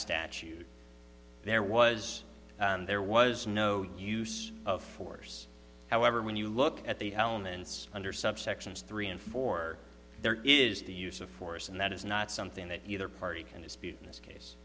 statute there was and there was no use of force however when you look at the elements under subsections three and four there is the use of force and that is not something that either party can dispute in this case